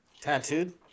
tattooed